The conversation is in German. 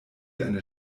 eine